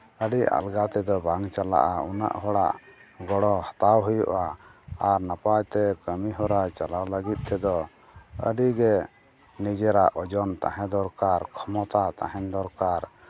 ᱟᱹᱰᱤ ᱟᱞᱜᱟ ᱛᱮᱫᱚ ᱵᱟᱝ ᱪᱟᱞᱟᱜᱼᱟ ᱩᱱᱟᱹᱜ ᱦᱚᱲᱟᱜ ᱜᱚᱲᱚ ᱦᱟᱛᱟᱣ ᱦᱩᱭᱩᱜᱼᱟ ᱟᱨ ᱱᱟᱯᱟᱭᱛᱮ ᱠᱟᱹᱢᱤᱦᱚᱨᱟ ᱪᱟᱞᱟᱣ ᱞᱟᱹᱜᱤᱫ ᱛᱮᱫᱚ ᱟᱹᱰᱤᱜᱮ ᱱᱤᱡᱮᱨᱟᱜ ᱳᱡᱚᱱ ᱛᱟᱦᱮᱸ ᱫᱚᱨᱠᱟᱨ ᱠᱷᱚᱢᱚᱛᱟ ᱛᱟᱦᱮᱱ ᱫᱚᱨᱠᱟᱨ